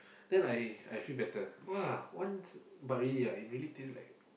then I I feel better !wah! one but really ah it really taste like